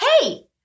hey